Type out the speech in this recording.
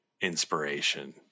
inspiration